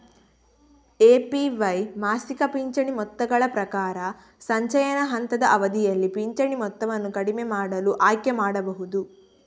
APY ಮಾಸಿಕ ಪಿಂಚಣಿ ಮೊತ್ತಗಳ ಪ್ರಕಾರ, ಸಂಚಯನ ಹಂತದ ಅವಧಿಯಲ್ಲಿ ಪಿಂಚಣಿ ಮೊತ್ತವನ್ನು ಕಡಿಮೆ ಮಾಡಲು ಆಯ್ಕೆ ಮಾಡಬಹುದು